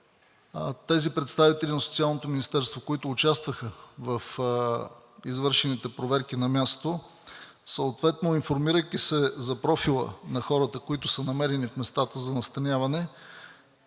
тези представители на Социалното министерство, които участваха в извършените проверки на място, съответно информирайки се за профила на хората, които са намерени в местата за настаняване,